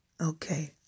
Okay